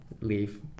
leave